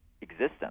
existence